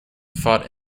fought